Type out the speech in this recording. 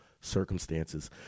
circumstances